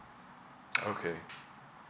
okay